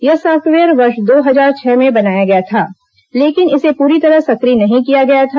यह साफ्टवेयर वर्ष दो हजार छह में बनाया गया था लेकिन इसे पूरी तरह सक्रिय नहीं किया गया था